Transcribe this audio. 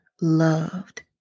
loved